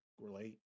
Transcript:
relate